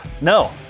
No